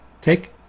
take